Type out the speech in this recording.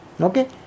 Okay